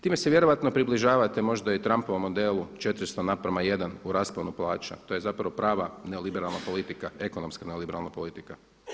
Time se vjerojatno približavate možda i Trumpovom modelu 400:1 u rasponu plaća, to je zapravo prava neoliberalna politika, ekonomska neoliberalna politika.